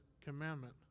commandment